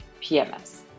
pms